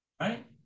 Right